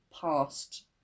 past